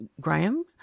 Graham